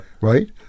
Right